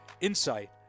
Insight